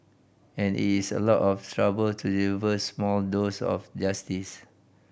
and it is a lot of trouble to deliver small dose of justice